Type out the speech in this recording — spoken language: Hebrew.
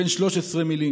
בן 13 מילים.